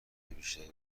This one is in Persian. بیشتری